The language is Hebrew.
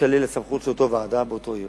תישלל הסמכות של אותה ועדה באותה עיר.